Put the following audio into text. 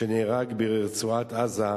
שנהרג ברצועת-עזה,